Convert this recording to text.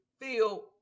feel